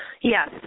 Yes